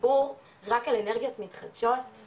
דיבור רק על אנרגיות מתחדשות,